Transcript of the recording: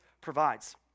provides